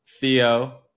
Theo